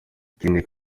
ikindi